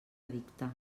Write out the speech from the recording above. edicte